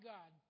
God